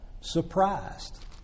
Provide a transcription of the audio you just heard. surprised